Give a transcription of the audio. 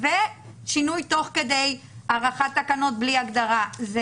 ושינוי תוך כדי הארכת תקנות בלי הגדרה.